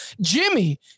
Jimmy